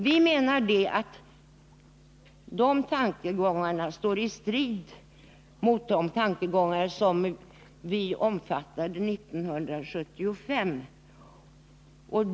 Vi menar att de tankegångarna står i strid mot de principer som vi omfattade 1975.